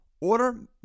Order